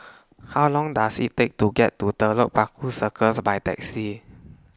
How Long Does IT Take to get to Telok Paku Circus By Taxi